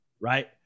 right